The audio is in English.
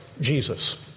Jesus